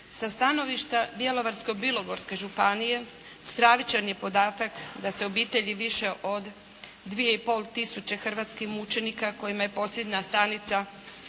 Sa stanovišta Bjelovarsko-bilogorske županije stravičan je podatak da se obitelji više od 2,5 tisuće hrvatskih mučenika kojima je posljednja stanica